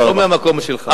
לא מהמקום שלך.